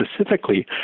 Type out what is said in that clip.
specifically